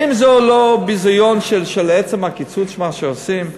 האם זה לא ביזיון של עצם הקיצוץ שעושים?